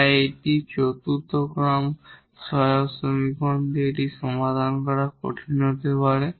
তাই এটি চতুর্থ অর্ডার অক্সিলিয়ারি সমীকরণ দিয়ে এটি সমাধান করা কঠিন হতে পারে